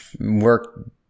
work